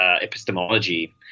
epistemology